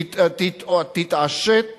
תתעשת